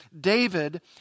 David